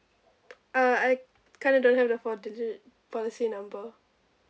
uh I kinda don't have the four digit policy number